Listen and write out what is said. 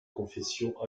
confession